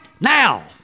now